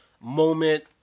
moment